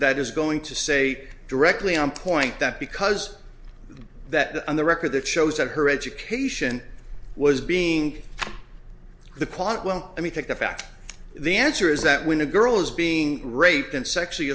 that is going to say directly on point that because that on the record that shows that her education was being the plot won't let me take it back the answer is that when a girl is being raped and sexually